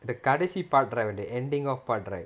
the கடைசி:kadaisi part right when they ending off part right